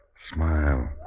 Smile